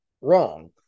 wrong